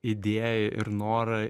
idėją ir norą